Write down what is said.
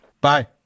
bye